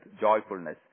joyfulness